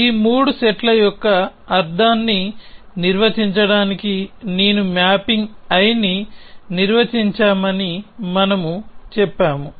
ఈ మూడు సెట్ల యొక్క అర్ధాన్ని నిర్వచించడానికి నేను మ్యాపింగ్ I ని నిర్వచించామని మనము చెప్పాము